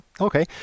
Okay